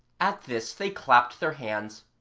at this they clapped their hands,